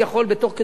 תוך כדי השכר,